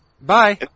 Bye